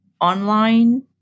online